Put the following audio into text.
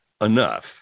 enough